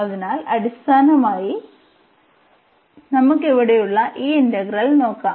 അതിനാൽ അടിസ്ഥാനപരമായി നമുക്ക് ഇവിടെയുള്ള ഈ ഇന്റഗ്രൽ നോക്കാം